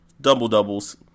Double-doubles